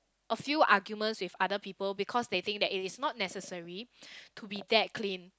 a few arguments with other people because they think that is not necessary to be that clean